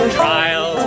trial